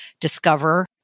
discover